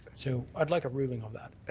so i'd like a ruling on that.